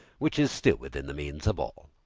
which is still within the means of all.